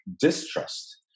distrust